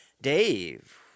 Dave